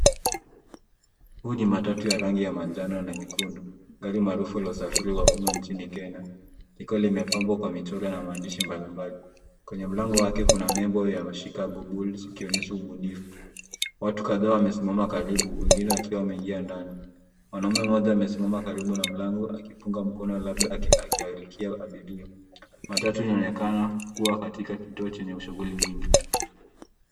Huu ni matatu ya rangi ya manjano na nyekundu, gari maarufu la usafiri wa umma nchini Kenya, liko limepambwa kwa michoro na maandishi mbalimbali. Kwenye mlango wake kuna nembo ya Chicago Bulls uki onyesha ubunifu. Watu kadhaa wamesimama karibu wengine wakiwa wameingia ndani, mwanaume mmoja amesimama karibu na mlango aki punga mkono labda aki alikia abiria. Matatu inaonekana kuwa katika kituo chenye shughuli nyingi.